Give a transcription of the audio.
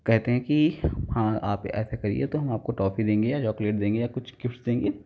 कहते हैं कि हाँ आप ऐसे करिए तो हम आपको टॉफ़ी देंगे या चॉकलेट देंगे या कुछ गिफ्ट्स देंगे